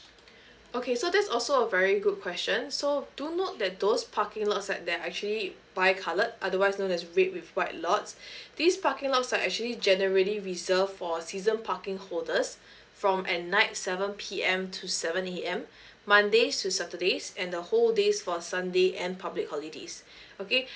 okay so that's also a very good question so do note that those parking lots that that are actually bicoloured otherwise known as red with white lots these parking lots are actually generally reserved for season parking holders from at night seven P_M to seven A_M mondays to saturdays and the whole days for sunday and public holidays okay